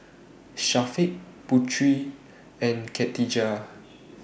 Syafiq Putri and Katijah